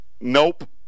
Nope